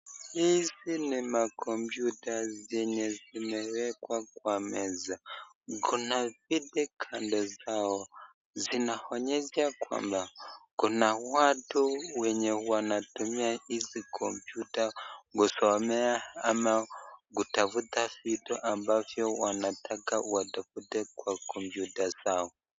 Hizi ni makompyuta zenye zimewekwa kwa meza kuna viti kando zao, zinaonyesha kwamba kuna watu wenye wanatumia hizi kompyuta kusomea ama kutafuta vitu ambavyo wanataka watafute kwa kmpyuta zao.